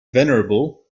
venerable